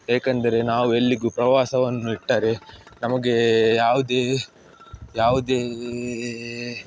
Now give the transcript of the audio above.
ಏಕೆಂದರೆ ನಾವು ಎಲ್ಲಿಗೂ ಪ್ರವಾಸವನ್ನು ಇಟ್ಟರೆ ನಮಗೆ ಯಾವುದೇ ಯಾವುದೇ